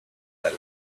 dll